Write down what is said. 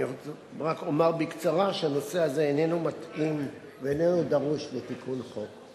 אני רק אומר בקצרה שהנושא הזה איננו מתאים ואיננו דרוש לתיקון חוק.